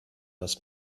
das